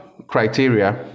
criteria